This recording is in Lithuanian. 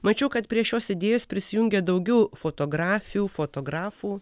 mačiau kad prie šios idėjos prisijungė daugiau fotografių fotografų